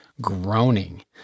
groaning